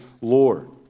Lord